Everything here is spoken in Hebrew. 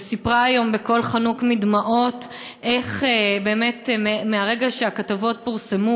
וסיפרה היום בקול חנוק מדמעות איך באמת מהרגע שהכתבות פורסמו